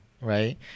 right